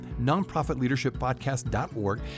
nonprofitleadershippodcast.org